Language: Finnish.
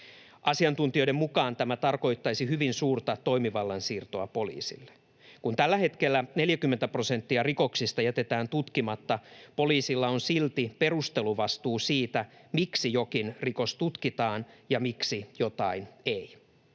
Asiantuntijoiden mukaan tämä tarkoittaisi hyvin suurta toimivallan siirtoa poliisille. Kun tällä hetkellä 40 prosenttia rikoksista jätetään tutkimatta, poliisilla on silti perusteluvastuu siitä, miksi jokin rikos tutkitaan ja miksi jotain ei.